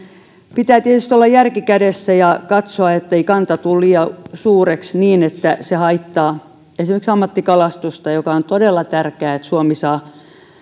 pitää tietysti olla järki kädessä ja katsoa ettei kanta tule liian suureksi niin että se haittaa esimerkiksi ammattikalastusta ja on todella tärkeää että suomi saa